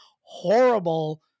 horrible